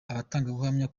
abatangabuhamya